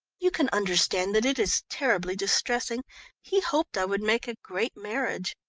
you can understand that it is terribly distressing he hoped i would make a great marriage.